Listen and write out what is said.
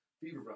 fever